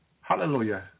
Hallelujah